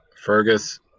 fergus